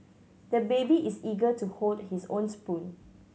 the baby is eager to hold his own spoon